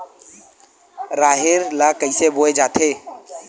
राहेर ल कइसे बोय जाथे?